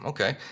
Okay